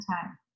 time